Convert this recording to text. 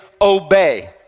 obey